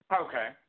Okay